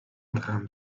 drame